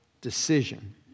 decision